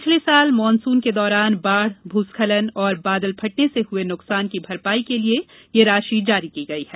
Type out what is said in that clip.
पिछले वर्ष मानसून के दौरान बाढ़ भूस्खलन और बादल फटने से हुए नुकसान की भरपाई के लिए यह राशी जारी की गई है